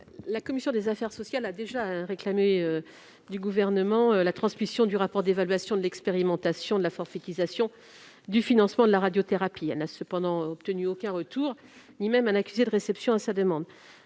La commission des affaires sociales a déjà réclamé au Gouvernement la transmission du rapport d'évaluation de l'expérimentation de la forfaitisation du financement de la radiothérapie. Cependant, elle n'a obtenu aucune réponse, ni même un accusé de réception de sa demande.